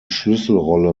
schlüsselrolle